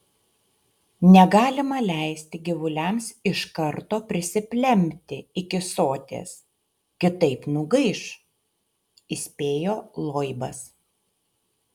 negalima leisti gyvuliams iš karto prisiplempti iki soties kitaip nugaiš įspėjo loibas